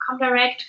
Comdirect